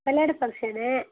Kalyana function